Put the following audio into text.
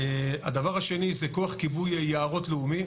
הדבר השני זה כוח כיבוי יערות לאומי.